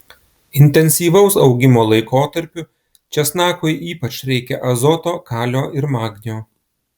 intensyvaus augimo laikotarpiu česnakui ypač reikia azoto kalio ir magnio